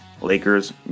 Lakers